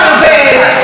נכון.